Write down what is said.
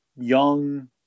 young